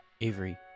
Avery